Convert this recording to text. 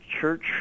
church